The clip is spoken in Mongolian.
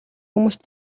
хүмүүст